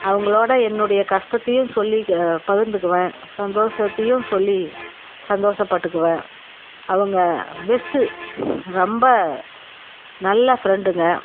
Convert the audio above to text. அவங்களோட என்னுடைய கஷ்டத்தையும் சொல்லி பகிர்ந்துக்குவேன் சந்தோஷத்தையும் சொல்லி சந்தோஷப்பட்டுக்குவேன் அவங்க பெஸ்ட்டு ரொம்ப நல்ல ஃப்ரெண்டுங்க